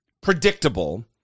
predictable